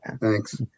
Thanks